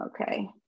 Okay